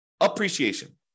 appreciation